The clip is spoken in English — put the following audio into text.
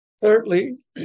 Thirdly